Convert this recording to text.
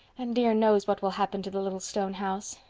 and dear knows what will happen to the little stone house.